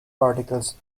particles